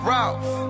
Ralph